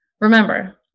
Remember